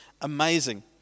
amazing